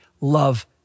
love